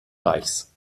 reichs